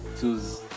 choose